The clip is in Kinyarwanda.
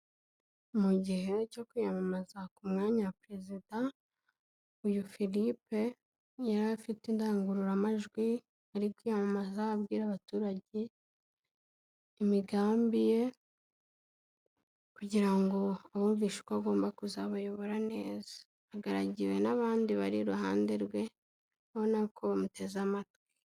Mu gihe cyo kwiyamamaza ku mwanya wa perezida, uyu Philippe yari afite indangururamajwi ari kwiyamamaza, abwira abaturage imigambi ye, kugira ngo abumvishe uko agomba kuzabayobora neza, agaragiwe n'abandi bari iruhande rwe, ubona ko bamuteze amatwi.